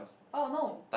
orh no